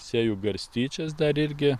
sėju garstyčias dar irgi